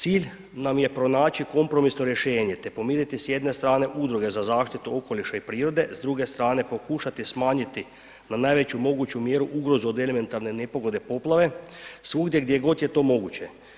Cilj nam je pronaći kompromisno rješenje, te pomiriti s jedne strane Udruge za zaštitu okoliša i prirode, s druge strane pokušati smanjiti na najveću moguću mjeru ugrozu od elementarne nepogode poplave svugdje gdje god je to moguće.